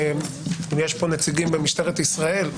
אם יש פה נציגים במשטרת ישראל,